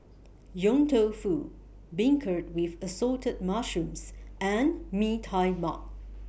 Yong Tau Foo Beancurd with Assorted Mushrooms and Mee Tai Mak